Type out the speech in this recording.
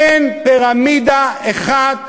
אין פירמידה אחת